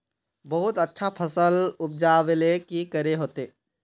बहुत अच्छा फसल उपजावेले की करे होते?